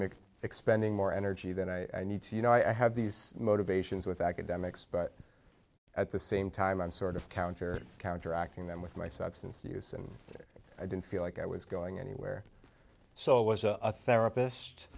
expending more energy than i need to you know i have these motivations with academics but at the same time i'm sort of counter counteracting them with my substance use and i didn't feel like i was going anywhere so it was a therapist